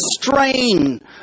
strain